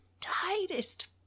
tightest